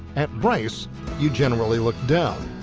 at bryce you generally look down.